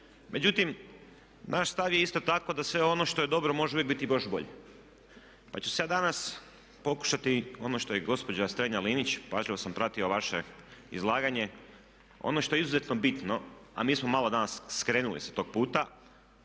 Međutim, naš stav je isto tako da sve ono što je dobro može uvijek biti još bolje. Pa ću se ja danas pokušati ono što je i gospođa Strenja-Linić, pažljivo sam pratio vaše izlaganje, ono što je izuzetno bitno, a mi smo malo danas skrenuli sa tog puta